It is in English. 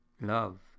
love